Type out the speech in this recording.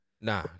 nah